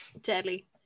deadly